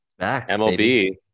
mlb